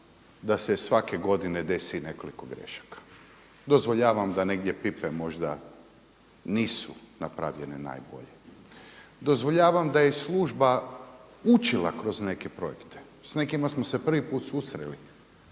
da se svake godine desi nekoliko grešaka. Dozvoljavam da negdje …/Govornik se ne razumije/… možda nisu napravljene najbolje. Dozvoljavam da je i služba učila kroz neke projekte. S nekima smo se prvi put susreli.